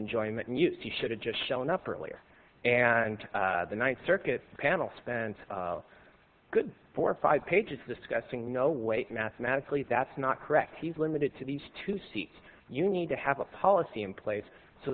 enjoyment and you should have just shown up earlier and the ninth circuit's panel spent a good four or five pages discussing no way mathematically that's not correct he's limited to these two seats you need to have a policy in place so